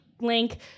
link